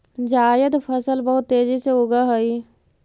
जायद फसल बहुत तेजी से उगअ हई